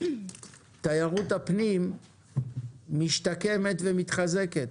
תיירות הפנים משתקמת ומתחזקת.